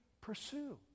pursue